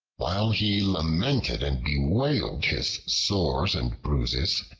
while he lamented and bewailed his sores and bruises,